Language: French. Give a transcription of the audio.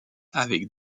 avec